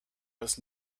was